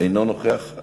אינו נוכח?